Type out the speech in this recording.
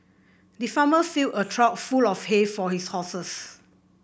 the farmer filled a trough full of hay for his horses